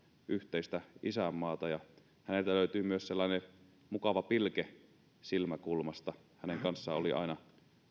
yhteistä isänmaata häneltä löytyi myös sellainen mukava pilke silmäkulmasta hänen kanssaan oli aina